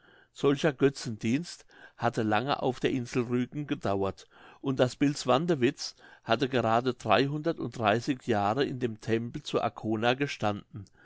solcher götzendienst hatte lange auf der insel rügen gedauert und das bild swantewits hatte gerade dreihundert und dreißig jahre in dem tempel zu arkona gestanden